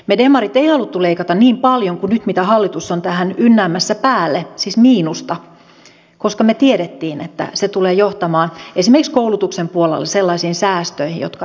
me demarit emme halunneet leikata niin paljon kuin mitä hallitus nyt on tähän ynnäämässä päälle siis miinusta koska me tiesimme että se tulee johtamaan esimerkiksi koulutuksen puolella sellaisiin säästöihin jotka eivät ole enää kohtuullisia